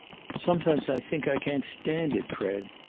sometimes i think i can't stand it, fred.